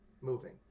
moving